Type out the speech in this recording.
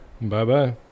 Bye-bye